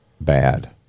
bad